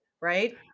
Right